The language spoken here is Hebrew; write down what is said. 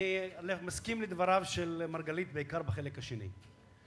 אני מסכים לדבריו של מרגלית בעיקר בחלק השני,